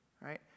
right